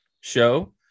show